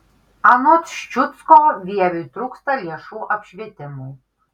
anot ščiucko vieviui trūksta lėšų apšvietimui